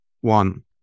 one